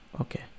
okay